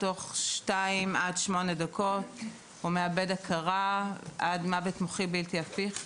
תוך שתיים עד שמונה דקות הוא מאבד הכרה עד מוות מוחי בלתי הפיך ומוות.